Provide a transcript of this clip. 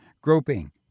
groping